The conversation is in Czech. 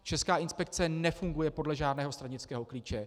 Česká inspekce nefunguje podle žádného stranického klíče.